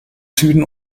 süden